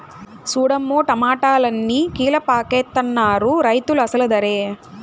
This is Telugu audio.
సూడమ్మో టమాటాలన్ని కీలపాకెత్తనారు రైతులు అసలు దరే